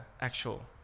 actual